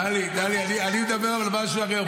טלי, אני מדבר על משהו אחר.